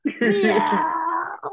meow